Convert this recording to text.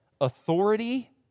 authority